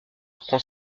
prend